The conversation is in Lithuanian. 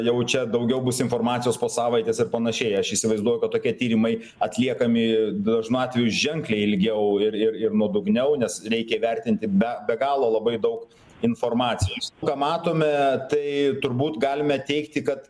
jau čia daugiau bus informacijos po savaitės ir panašiai aš įsivaizduoju kad tokie tyrimai atliekami dažnu atveju ženkliai ilgiau ir ir ir nuodugniau nes reikia vertinti be be galo labai daug informacijos ką matome tai turbūt galime teigti kad